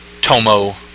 Tomo